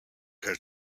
had